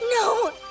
No